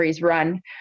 run